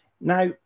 Now